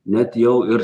net jau ir